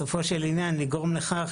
יש לגרום לכך